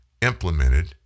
implemented